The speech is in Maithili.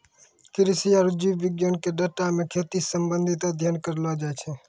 कृषि आरु जीव विज्ञान के डाटा मे खेती से संबंधित अध्ययन करलो जाय छै